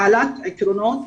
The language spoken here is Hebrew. בעלת עקרונות